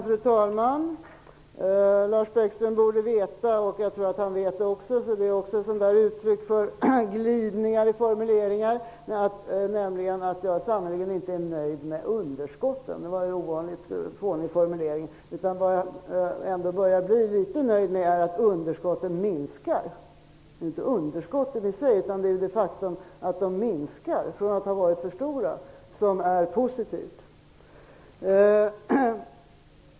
Fru talman! Lars Bäckström borde veta -- och jag tror att han vet och att det är ett uttryck för en glidning i formuleringen -- att jag sannerligen inte är nöjd med underskottet. Det var en ovanligt fånig formulering. Däremot är jag nöjd med att underskottet minskar efter att tidigare ha varit för stort. Detta är positivt.